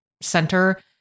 center